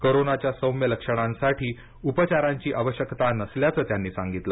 कोरोनाच्या सौम्य लक्षणांसाठी उपचारांची आवश्यकता नसल्याचं त्यांनी सांगितलं